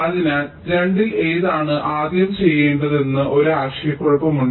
അതിനാൽ 2 ൽ ഏതാണ് ആദ്യം ചെയ്യേണ്ടതെന്ന് ഒരു ആശയക്കുഴപ്പമുണ്ട്